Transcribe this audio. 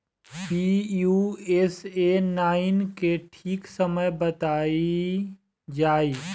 Pusa nine के ठीक समय बताई जाई?